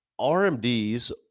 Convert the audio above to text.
RMDs